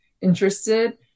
interested